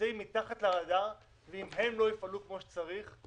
שנמצאים מתחת לרדאר ואם הם לא יפעלו כמו שצריך,